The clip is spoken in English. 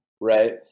right